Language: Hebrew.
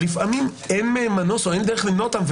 לפעמים אין מנוס או אין דרך למנוע אותם,